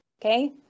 okay